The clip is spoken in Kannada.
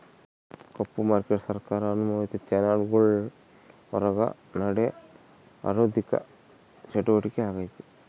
ಕಪ್ಪು ಮಾರ್ಕೇಟು ಸರ್ಕಾರ ಅನುಮೋದಿತ ಚಾನೆಲ್ಗುಳ್ ಹೊರುಗ ನಡೇ ಆಋಥಿಕ ಚಟುವಟಿಕೆ ಆಗೆತೆ